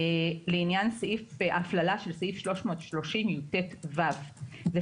לעניין סעיף הפללה של סעיף 330יט(ו) זה